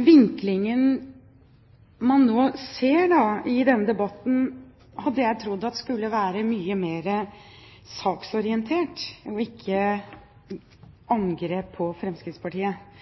Vinklingen man nå ser i denne debatten, hadde jeg trodd skulle vært mye mer saksorientert, og ikke angrep på Fremskrittspartiet,